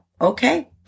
okay